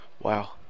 Wow